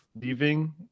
leaving